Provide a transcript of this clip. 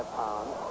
pounds